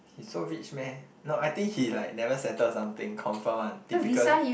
he so rich meh no I think he like never settle something confirm one typical